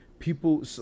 People